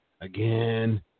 Again